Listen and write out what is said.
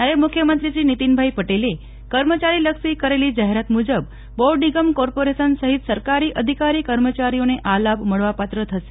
નાયબ મુખ્યમંત્રીશ્રી નીતિનભાઇ પટેલે કર્મચારીલક્ષી કરેલી જાહેરાત મુજબ બોર્ડ નિગમ કોર્પોરેશન સહિત સરકારી અધિકારીકર્મચારીઓને આ લાભ મળવાપાત્ર થશે